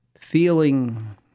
feeling